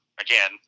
again